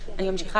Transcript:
המציאות.